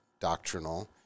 Doctrinal